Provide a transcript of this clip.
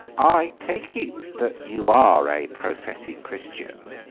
i take it that you are a professing christian,